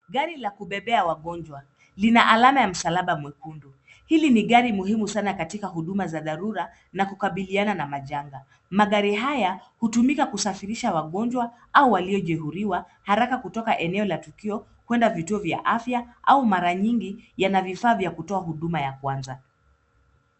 Gari la kubebea wagonjwa, lina alama ya msalaba mwekundu. Hili ni gari muhimu sana katika huduma za dharura na kukabiliana na majanga. Magari haya hutumika kusafirisha wagonjwa au waliojeruhiwa haraka kutoka eneo la tukio kuenda vituo vya afya au mara nyingi yana vifaa vya kutoa huduma ya kwanza.